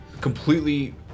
completely